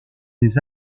des